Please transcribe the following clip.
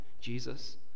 Jesus